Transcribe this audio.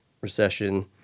recession